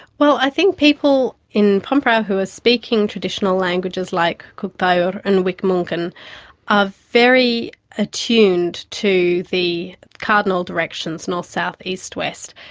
well i think people in pormpuraaw who are speaking traditional languages like kuuk thaayorre and wik-mungkan are very attuned to the cardinal directions, north, south, east, west.